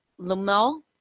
Lumel